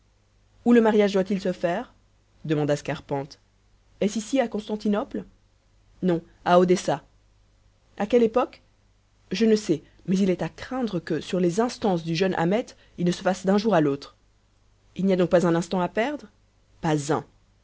où le mariage doit-il se faire demanda scarpante est-ce ici à constantinople non à odessa a quelle époque je ne sais mais il est à craindre que sur les instances du jeune ahmet il ne se fasse d'un jour à l'autre il n'y a donc pas un instant à perdre pas un